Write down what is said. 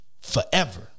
Forever